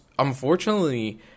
Unfortunately